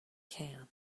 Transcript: can